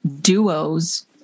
duos